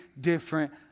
different